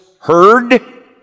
heard